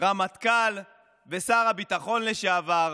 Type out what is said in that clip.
רמטכ"ל ושר הביטחון לשעבר,